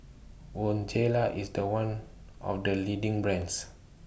Bonjela IS The one of The leading brands